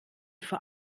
vor